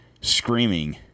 screaming